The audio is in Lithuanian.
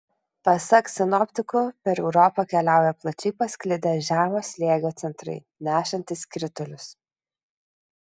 pasak sinoptikų per europą keliauja plačiai pasklidę žemo slėgio centrai nešantys kritulius